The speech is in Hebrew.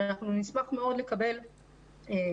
ואנחנו נשמח מאוד לקבל תשובה